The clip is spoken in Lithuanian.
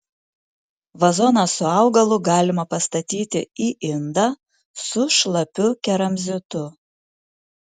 vazoną su augalu galima pastatyti į indą su šlapiu keramzitu